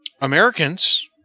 americans